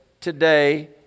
today